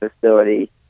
facility